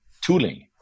tooling